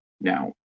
now